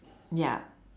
ya